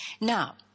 Now